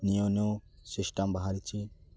new new system ବାହାରିଛି